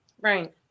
Right